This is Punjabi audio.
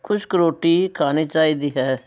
ਖੁਸ਼ਕ ਰੋਟੀ ਖਾਣੀ ਚਾਹੀਦੀ ਹੈ